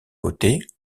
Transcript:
côtés